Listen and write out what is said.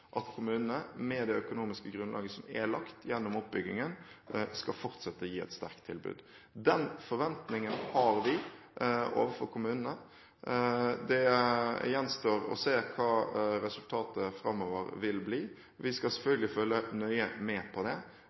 at kommunene med det økonomiske grunnlaget som er lagt gjennom oppbyggingen, skal fortsette å gi et sterkt tilbud. Den forventningen har vi til kommunene. Det gjenstår å se hva resultatet framover vil bli. Vi skal selvfølgelig følge nøye med på det.